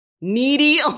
needy